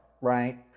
right